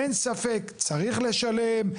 אין ספק, צריך לשלם.